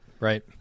right